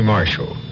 Marshall